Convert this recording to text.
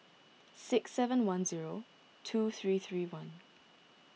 six seven one zero two three three one